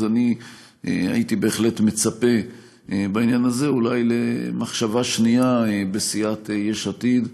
אז אני הייתי בהחלט מצפה בעניין הזה אולי למחשבה שנייה בסיעת יש עתיד,